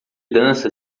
dança